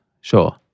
Sure